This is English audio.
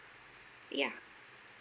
ya